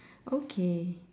okay